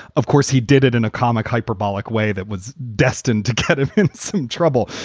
of course, he did it in a comic hyperbolic way that was destined to get him in some trouble.